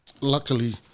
luckily